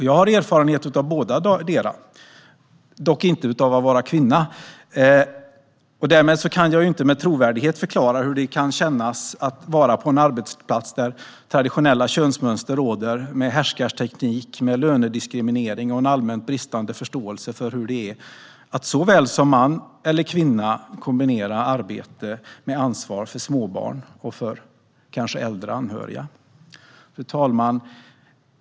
Jag har erfarenhet av bådadera - dock inte av att vara kvinna, och därmed kan jag inte med trovärdighet förklara hur det kan kännas att vara på en arbetsplats där traditionella könsmönster råder och härskarteknik och lönediskriminering förekommer liksom en allmänt bristande förståelse för hur det är, såväl för män som för kvinnor, att kombinera arbete med ansvar för småbarn och kanske också äldre anhöriga. Fru talman!